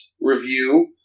review